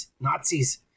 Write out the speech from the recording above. Nazis